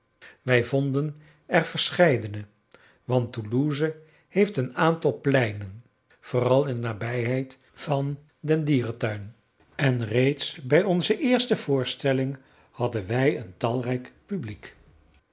wij vonden er verscheidene want toulouse heeft een aantal pleinen vooral in de nabijheid van den dierentuin en reeds bij onze eerste voorstelling hadden wij een talrijk publiek